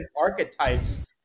archetypes